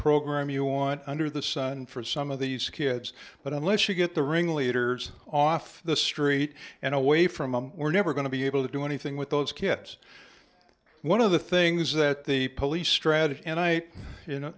program you want under the sun for some of these kids but unless you get the ringleaders off the street and away from them we're never going to be able to do anything with those kids one of the things that the police strategy and i you know